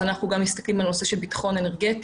אנחנו מסתכלים גם על הנושא של ביטחון אנרגטי.